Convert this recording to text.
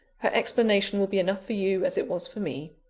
her explanation will be enough for you, as it was for me.